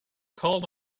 called